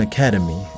Academy